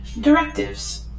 Directives